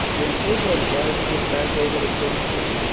intent on driving them back over the sensee.